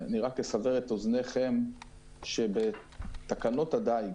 אני רק אסבר את אוזניכם שבתקנות הדייג